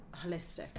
holistic